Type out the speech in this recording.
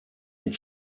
had